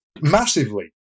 Massively